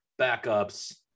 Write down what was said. backups